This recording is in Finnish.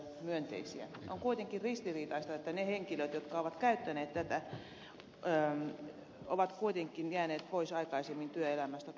on kuitenkin ristiriitaista että ne henkilöt jotka ovat käyttäneet tätä ovat kuitenkin jääneet pois aikaisemmin työelämästä kuin muut